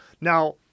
Now